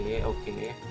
Okay